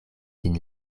sin